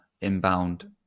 inbound